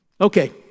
Okay